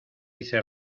hice